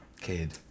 Kid